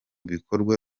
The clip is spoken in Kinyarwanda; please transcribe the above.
bikorwa